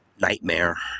nightmare